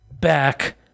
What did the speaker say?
back